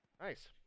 Nice